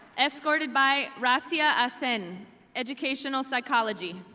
escorted by razia azen, educational psychology.